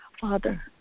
Father